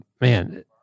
man